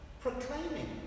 proclaiming